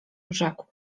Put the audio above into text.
rzekł